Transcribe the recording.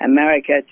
America